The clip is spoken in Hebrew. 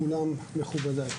כולם מכובדיי.